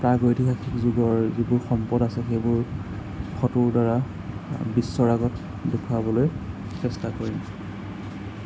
প্ৰাগ ঐতিহাসিক যুগৰ যিবোৰ সম্পদ আছে সেইবোৰ ফ'টোৰ দ্বাৰা বিশ্বৰ আগত দেখুওৱাবলৈ চেষ্টা কৰিম